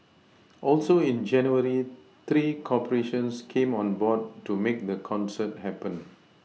also in January three corporations came on board to make the concert happen